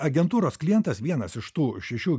agentūros klientas vienas iš tų šešių